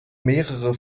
mehrere